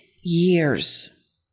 years